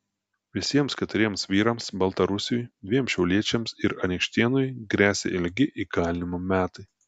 visiems keturiems vyrams baltarusiui dviem šiauliečiams ir anykštėnui gresia ilgi įkalinimo metai